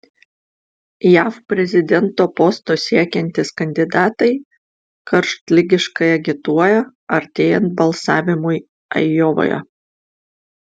jav prezidento posto siekiantys kandidatai karštligiškai agituoja artėjant balsavimui ajovoje